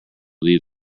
leave